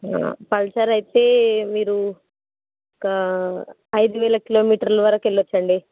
Pulsar అయితే మీరు ఒక ఐదు వేల కిలోమీటర్ల వరకు వెళ్ళచ్చండి